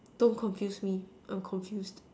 don't confuse me I'm confused